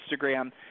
Instagram